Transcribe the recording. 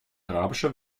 arabische